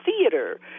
theater